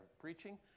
preaching